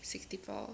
sixty four